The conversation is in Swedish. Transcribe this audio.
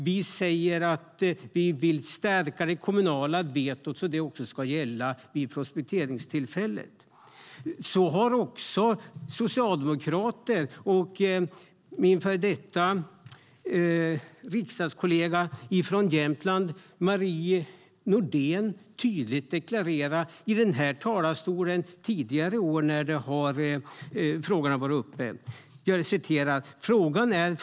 Vi säger att vi vill stärka det kommunala vetot så att det ska gälla även vid prospekteringstillfället. Detta har också socialdemokrater och min före detta riksdagskollega från Jämtland Marie Nordén tydligt deklarerat i den här talarstolen när frågan har varit uppe tidigare år.